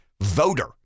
voter